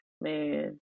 man